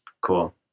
Cool